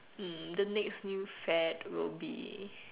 mm the next new fad will be